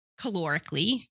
calorically